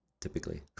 typically